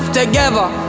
together